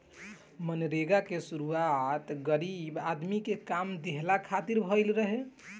मनरेगा के शुरुआत गरीब आदमी के काम देहला खातिर भइल रहे